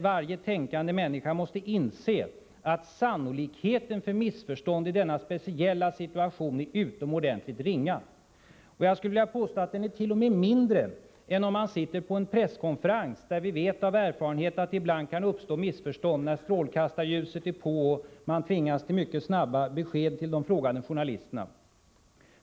Varje tänkande människa måste inse att sannolikheten för missförstånd i denna speciella situation är utomordentligt ringa. Jag skulle vilja påstå att den t.o.m. är mindre än om man sitter på en presskonferens, där vi av erfarenhet vet att det ibland kan uppstå missförstånd när strålkastarljuset är på och man tvingas till mycket snabba besked till frågande journalister.